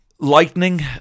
Lightning